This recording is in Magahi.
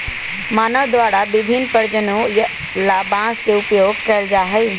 मानव द्वारा विभिन्न प्रयोजनों ला बांस के उपयोग कइल जा हई